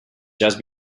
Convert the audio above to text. just